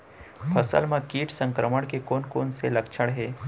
फसल म किट संक्रमण के कोन कोन से लक्षण हे?